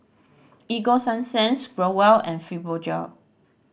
Ego Sunsense Growell and Fibogel